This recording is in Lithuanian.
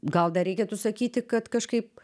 gal dar reikėtų sakyti kad kažkaip